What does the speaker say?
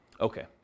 okay